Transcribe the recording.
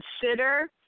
consider